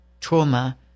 trauma